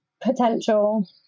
potential